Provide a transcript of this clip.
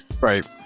right